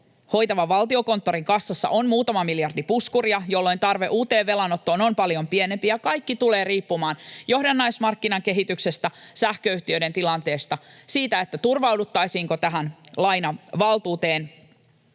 hoitavan Valtiokonttorin kassassa on muutama miljardi puskuria, jolloin tarve uuteen velanottoon on paljon pienempi, ja kaikki tulee riippumaan johdannaismarkkinan kehityksestä, sähköyhtiöiden tilanteesta, siitä, turvauduttaisiinko tähän lainavaltuuteen.